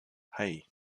hey